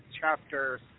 Chapter